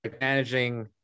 managing